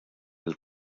del